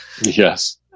Yes